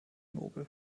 nobel